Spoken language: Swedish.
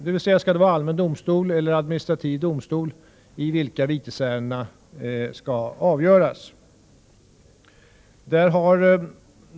Skall det vara vid allmän domstol eller vid administrativ domstol som vitesärendena avgörs.